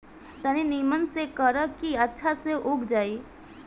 तनी निमन से करा की अच्छा से उग जाए